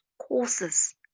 courses